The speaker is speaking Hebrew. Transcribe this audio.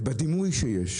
בדימוי שיש,